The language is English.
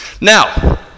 Now